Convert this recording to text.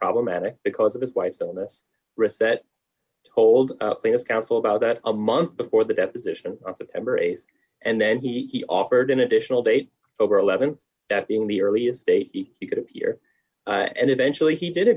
problematic because of his wife's illness rosette told his counsel about that a month before the deposition embrace and then he offered an additional date over eleven that being the earliest date he could appear and eventually he did a